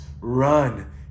Run